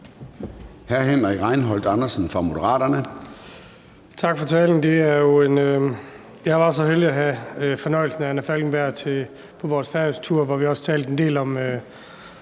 23:20 Henrik Rejnholt Andersen (M): Tak for talen. Jeg var så heldig at have fornøjelsen af fru Anna Falkenberg på vores tur til Færøerne, hvor vi også talte en del om